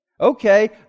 Okay